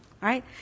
right